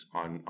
on